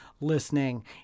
listening